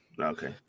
okay